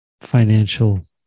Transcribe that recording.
financial